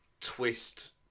twist